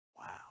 Wow